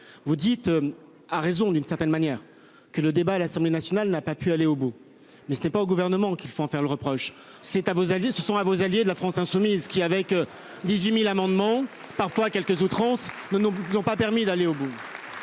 Vous dites. À raison d'une certaine manière que le débat à l'Assemblée nationale n'a pas pu aller au bout. Mais ce n'est pas au gouvernement qu'il faut en faire le reproche. C'est à vos alliés se sont à vos alliés de la France insoumise qui avait que 18.000 amendements parfois quelques outrances ne nous qui n'ont pas permis d'aller au bout.